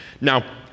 Now